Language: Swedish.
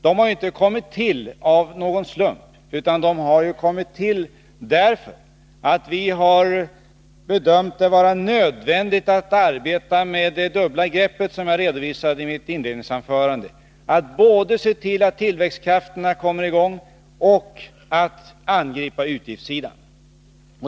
De har ju inte kommit till av någon slump, utan de har 21 kommit till därför att vi har bedömt det vara nödvändigt att arbeta med det dubbla greppet, som jag redovisade i mitt inledningsanförande — att både se till att tillväxtkrafterna kommer i gång och att angripa utgiftssidan.